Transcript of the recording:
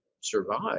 survive